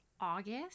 August